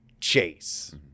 Chase